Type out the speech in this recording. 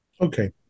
Okay